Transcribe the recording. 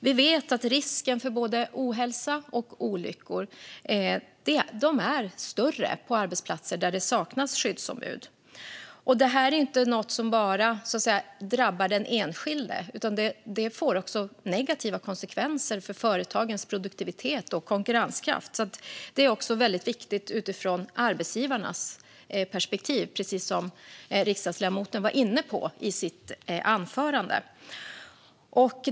Vi vet att risken för både ohälsa och olyckor är större på arbetsplatser där det saknas skyddsombud. Detta drabbar inte bara den enskilde, utan det får också negativa konsekvenser för företagens produktivitet och konkurrenskraft. Det är alltså också mycket viktigt utifrån arbetsgivarnas perspektiv, precis som riksdagsledamoten var inne på i sitt anförande.